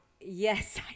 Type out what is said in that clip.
yes